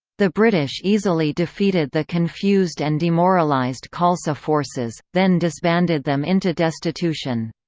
the british easily defeated the confused and demoralised khalsa forces, then disbanded them into destitution.